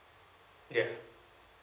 yeah